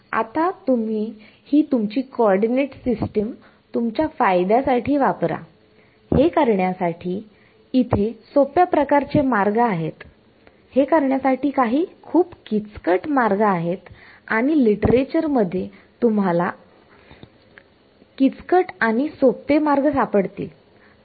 आता तुम्ही ही तुमची कॉर्डीनेट सिस्टीम तुमच्या फायद्यासाठी वापरा हे करण्यासाठी इथे सोप्या प्रकारचे मार्ग आहेत हे करण्यासाठी आणि काही खूप किचकट मार्ग आहेत आणि आणि लिटरेचर मध्ये सुद्धा आपल्याला किचकट आणि सोपे मार्ग सापडतील